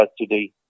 today